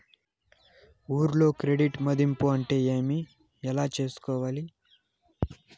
ఊర్లలో క్రెడిట్ మధింపు అంటే ఏమి? ఎలా చేసుకోవాలి కోవాలి?